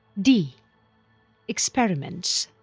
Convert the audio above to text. d experiments